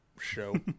show